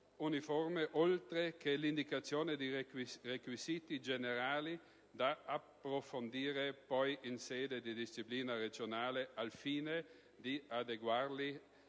oltre che indicati i requisiti generali da approfondire poi in sede di disciplina regionale, al fine di adeguarli